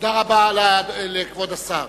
תודה רבה לכבוד השר.